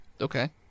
Okay